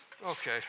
Okay